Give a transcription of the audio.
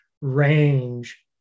range